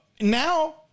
now